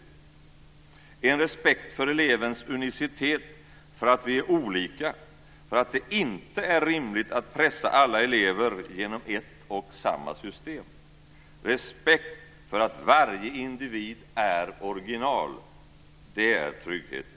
Det handlar om en respekt för elevens unicitet, för att vi är olika och för att det inte är rimligt att pressa alla elever genom ett och samma system, en respekt för att varje individ är original. Det är trygghet.